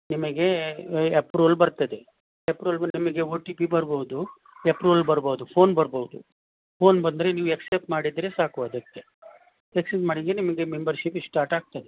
ನಿಮಗೆ ಎಪ್ರುವಲ್ ಬರ್ತದೆ ಎಪ್ರುವಲ್ ಬಂದು ನಿಮಗೆ ಓ ಟಿ ಪಿ ಬರ್ಬೋದು ಎಪ್ರುವಲ್ ಬರ್ಬೋದು ಫೋನ್ ಬರ್ಬೋದು ಫೋನ್ ಬಂದರೆ ನೀವು ಎಕ್ಸೆಪ್ಟ್ ಮಾಡಿದರೆ ಸಾಕು ಅದಕ್ಕೆ ಎಕ್ಸೆಪ್ಟ್ ಮಾಡಿದರೆ ನಿಮಗೆ ಮೆಂಬರ್ಶಿಪಿ ಶ್ಟಾಟ್ ಆಗ್ತದೆ